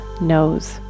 knows